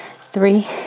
three